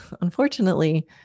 unfortunately